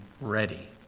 ready